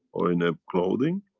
or in a clothing.